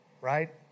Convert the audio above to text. Right